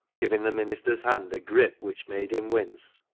giving the minister's hand a grip which made him wince.